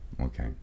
Okay